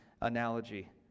analogy